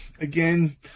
again